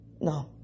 No